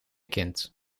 kind